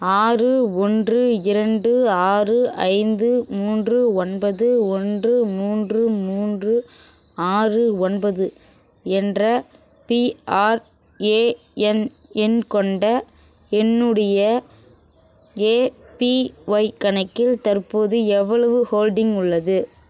ஆறு ஒன்று இரண்டு ஆறு ஐந்து மூன்று ஒன்பது ஒன்று மூன்று மூன்று ஆறு ஒன்பது என்ற பிஆர்ஏஎன் எண் கொண்ட என்னுடைய ஏபிஒய் கணக்கில் தற்போது எவ்வளவு ஹோல்டிங் உள்ளது